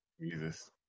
Jesus